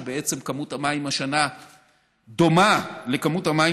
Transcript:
בעצם כמות המים השנה דומה לכמות המים